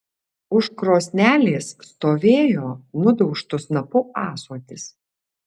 už krosnelės stovėjo nudaužtu snapu ąsotis